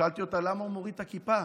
שאלתי אותה: למה הוא מוריד את הכיפה?